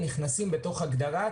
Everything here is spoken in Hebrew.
נכנסים בתוך הגדרת